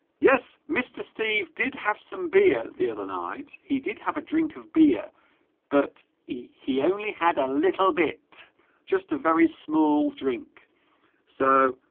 yes mr. steve did have some beer the other night he did have a drink of beer but he only had a little bit just a very small drink so